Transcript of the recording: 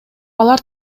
алар